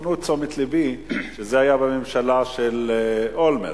הפנו את תשומת לבי שזה היה בממשלה של אולמרט.